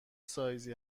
سایزی